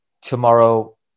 tomorrow